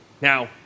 Now